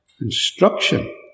instruction